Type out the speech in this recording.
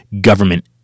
government